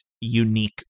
unique